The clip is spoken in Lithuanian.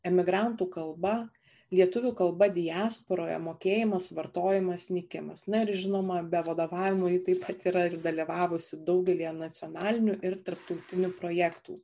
emigrantų kalba lietuvių kalba diasporoje mokėjimas vartojimas nykimas na ir žinoma be vadovavimo ji taip pat yra ir dalyvavusi daugelyje nacionalinių ir tarptautinių projektų